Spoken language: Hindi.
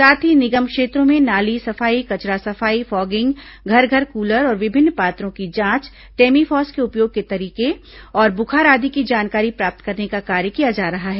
साथ ही निगम क्षेत्रों में नाली सफाई कचरा सफाई फागिंग घर घर कूलर और विभिन्न पात्रों की जांच टेमीफास् के उपयोग के तरीके तथा बुखार आदि की जानकारी प्राप्त करने का कार्य किया जा रहा है